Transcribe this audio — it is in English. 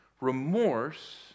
Remorse